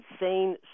insane